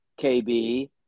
KB